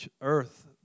earth